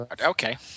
Okay